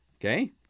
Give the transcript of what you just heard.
Okay